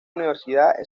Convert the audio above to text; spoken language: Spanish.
universidad